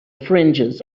fringes